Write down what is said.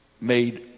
made